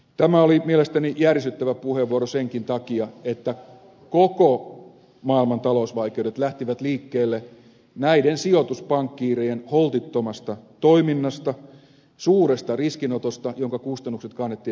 tämä oli mielestäni järisyttävä puheenvuoro senkin takia että koko maailman talousvaikeudet lähtivät liikkeelle näiden sijoituspankkiirien holtittomasta toiminnasta suuresta riskinotosta jonka kustannukset kannettiin veronmaksajien eteen